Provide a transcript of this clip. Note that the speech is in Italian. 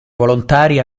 volontari